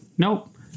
Nope